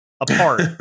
apart